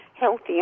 healthy